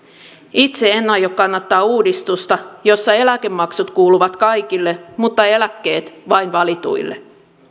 itse en aio kannattaa uudistusta jossa eläkemaksut kuuluvat kaikille mutta eläkkeet vain valituille